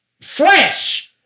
fresh